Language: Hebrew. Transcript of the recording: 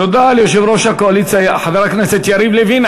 תודה ליושב-ראש הקואליציה, חבר הכנסת יריב לוין.